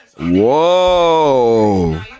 Whoa